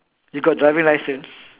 you got driving license